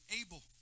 able